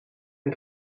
het